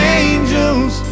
angels